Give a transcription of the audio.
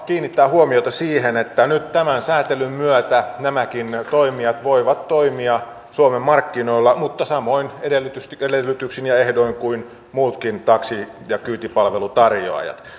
kiinnittää huomiota siihen että tämän sääntelyn myötä nämäkin toimijat voivat toimia suomen markkinoilla mutta samoin edellytyksin ja ehdoin kuin muutkin taksi ja kyytipalvelutarjoajat